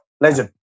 Legend